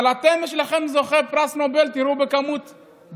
אבל אתם זוכים בפרס נובל, תראו ביחס.